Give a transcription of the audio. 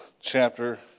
chapter